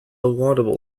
laudable